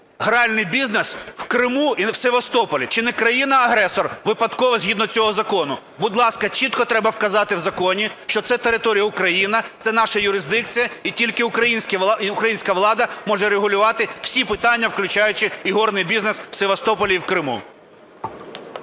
гральний бізнес в Криму і в Севастополі – чи не країна-агресор випадково, згідно цього закону? Будь ласка, чітко треба вказати в законі, що ця територія Україна, це наша юрисдикція, і тільки українська влада може регулювати всі питання, включаючи ігорний бізнес в Севастополі і в Криму.